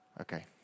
Okay